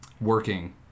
working